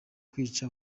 kwica